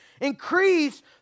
increase